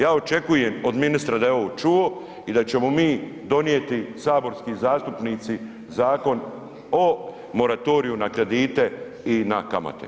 Ja očekujem od ministra da je ovo čuo i da ćemo mi donijeti saborski zastupnici Zakon o moratoriju na kredite i na kamate.